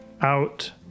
out